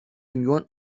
milyon